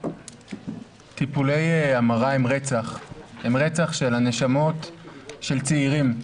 טיפולי המרה הם רצח של נשמות של צעירים.